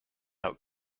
out